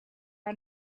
are